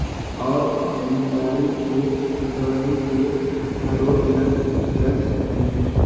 और जिम्मेदारी के लापरवाही के आरोप लग लग सकते हैं